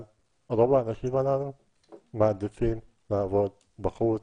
אבל רוב האנשים הללו מעדיפים לעבוד בחוץ